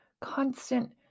constant